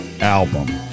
album